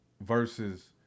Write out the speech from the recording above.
versus